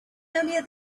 earlier